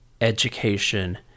education